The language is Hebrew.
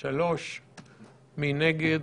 3 נגד,